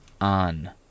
on